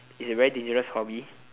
it's a very dangerous hobby